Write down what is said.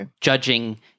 judging